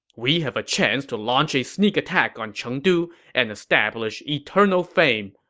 we have a chance to launch a sneak attack on chengdu and establish eternal fame.